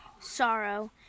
Sorrow